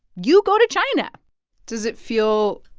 you go to china does it feel